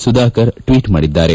Sudhakar tweet ಮಾಡಿದ್ದಾರೆ